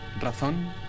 Razón